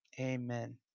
amen